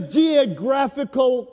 geographical